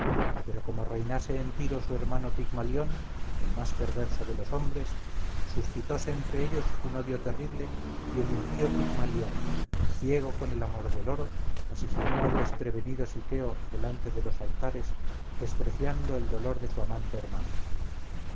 pero como reinase en tiro su hermano pigmalión el más perverso de los hombres suscitose entre ellos un odio terrible y el impío pigmalión ciego con el amor del oro asesinó al desprevenido siqueo delante de los altares despreciando el dolor de su amante hermana